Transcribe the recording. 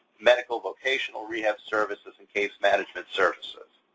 medical vocational rehab services, and case management services.